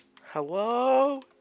Hello